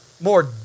more